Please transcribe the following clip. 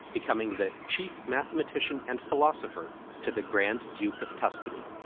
becoming the chief mathematician and philosopher to the grand duke of tuscany.